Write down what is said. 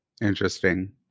Interesting